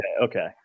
okay